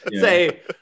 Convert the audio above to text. Say